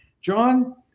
John